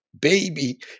baby